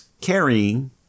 carrying